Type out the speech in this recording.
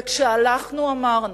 וכשאמרנו,